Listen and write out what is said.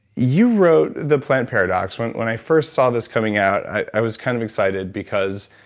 you wrote the plant paradox. when when i first saw this coming out, i was kind of excited because,